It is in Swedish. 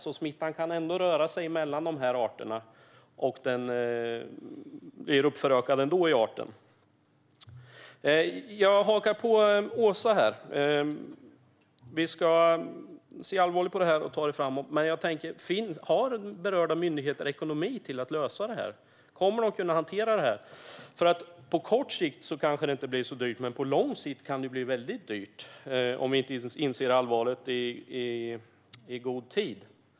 Smittan kan alltså ändå röra sig mellan arterna. Jag hakar på Åsa. Vi ska se allvarligt på detta och ta det framåt. Men jag undrar: Har berörda myndigheter ekonomi för att lösa detta? Kommer de att kunna hantera detta? På kort sikt kanske det inte blir så dyrt, men på lång sikt kan det bli väldigt dyrt om vi inte inser allvaret i god tid.